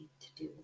to-do